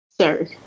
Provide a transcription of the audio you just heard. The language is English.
sir